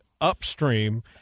upstream –